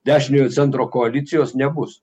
dešiniojo centro koalicijos nebus